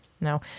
no